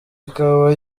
ikaba